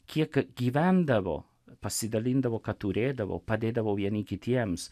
kiek gyvendavo pasidalindavo ką turėdavo padėdavo vieni kitiems